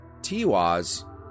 Tiwaz